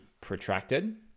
protracted